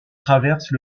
traversent